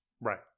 right